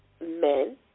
men